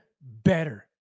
better